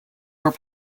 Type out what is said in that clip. were